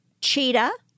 Cheetah